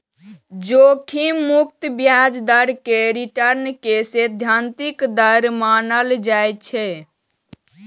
जोखिम मुक्त ब्याज दर कें रिटर्न के सैद्धांतिक दर मानल जाइ छै